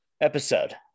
episode